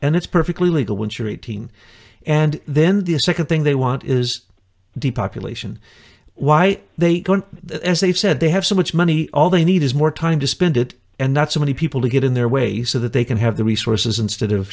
and it's perfectly legal once you're eighteen and then the second thing they want is the population why they can as they've said they have so much money all they need is more time to spend it and not so many people to get in their way so that they can have the resources instead of